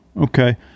okay